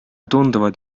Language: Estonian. tunduvad